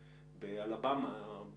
באלבמה,